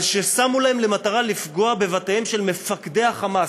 על ששמו להם למטרה לפגוע בבתיהם של מפקדי ה"חמאס".